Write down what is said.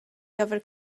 gyfer